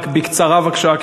רק בקצרה בבקשה,